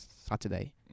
Saturday